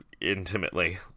intimately